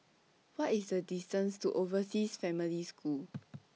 What IS The distance to Overseas Family School